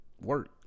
work